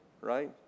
right